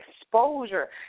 exposure